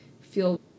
feel